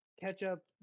Ketchup